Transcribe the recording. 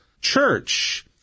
church